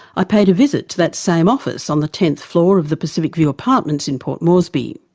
i paid a visit to that same office on the tenth floor of the pacific view apartments in port moresby.